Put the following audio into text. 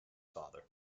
father